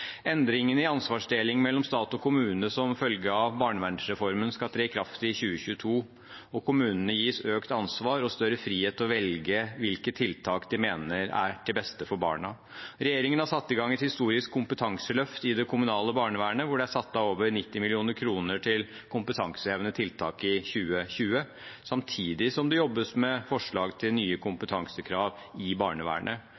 Endringene i ansvarsdeling mellom stat og kommune som følge av barnevernsreformen skal tre i kraft i 2022, og kommunene gis økt ansvar og større frihet til å velge hvilke tiltak de mener er til beste for barna. Regjeringen har satt i gang et historisk kompetanseløft i det kommunale barnevernet. Det er satt av over 90 mill. kr til kompetansehevende tiltak i 2020 samtidig som det jobbes med forslag til nye